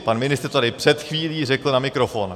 Pan ministr to tady před chvílí řekl na mikrofon.